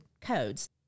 codes